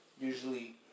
Usually